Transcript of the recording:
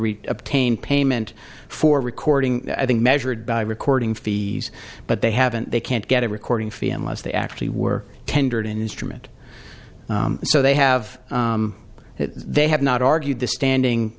read obtain payment for recording i think measured by recording fees but they haven't they can't get a recording fee and less they actually were tendered instrument so they have they have not argued the standing